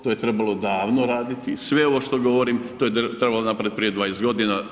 To je trebalo davno raditi, sve ovo što govorim to je trebalo napraviti prije 20 godina.